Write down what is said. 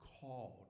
called